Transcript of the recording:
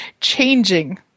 changing